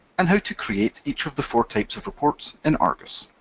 and how to create each of the four types of reports in argos.